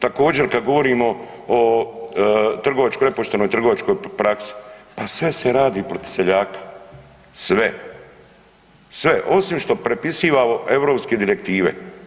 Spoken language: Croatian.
Također kad govorimo o trgovačkoj nepoštenoj trgovačkoj praksi, pa sve se radi protiv seljaka, sve, sve osim što prepisivamo europske direktive.